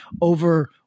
over